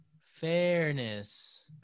Fairness